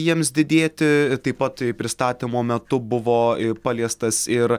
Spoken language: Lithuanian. jiems didėti taip pat pristatymo metu buvo paliestas ir